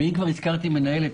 אם כבר הזכרתי מנהלת,